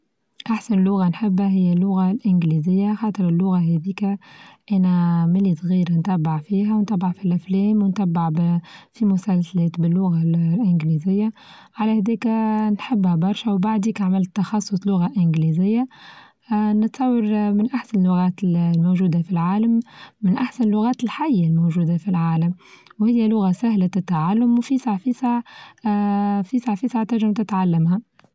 أحسن لغة نحبها هي اللغة الإنجليزية خاطر اللغة هاديكا أنا من الصغير نتابع فيها ونتابع في الأفلام ونتبع في مسلسلات باللغة الإنجليزية على هديكا آآ نحبها برشا وبعديك عملت تخصص لغة إنجليزية آآ نتصور من أحسن اللغات الموجودة في العالم من أحسن اللغات الحية الموجودة في العالم وهي لغة سهلة التعلم وفيسع فيسع آآ فيسع فيسع تنچم تتعلمها.